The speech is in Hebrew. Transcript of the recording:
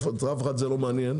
את אף אחד זה לא מעניין.